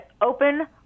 open